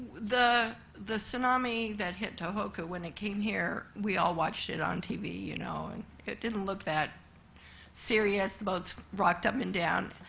the the tsunami that hit tohoku, when it came here, we all watched it on tv, you know, and it didn't look that serious. the boats rocked up and down.